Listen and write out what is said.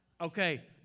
Okay